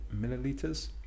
milliliters